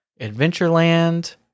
Adventureland